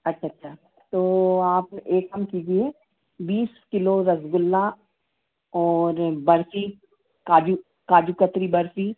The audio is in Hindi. अच्छा अच्छा तो आप एक काम कीजिए बीस किलो रसगुल्ला और बर्फ़ी काजू काजू कतली बर्फ़ी